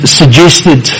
suggested